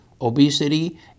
obesity